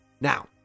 now